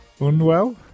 Un-well